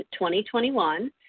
2021